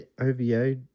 OVA